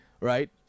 right